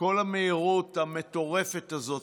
כל המהירות המטורפת הזאת,